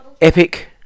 epic